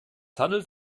handelt